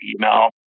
email